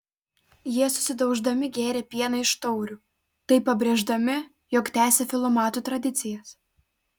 jie susidauždami gėrė pieną iš taurių taip pabrėždami jog tęsia filomatų tradicijas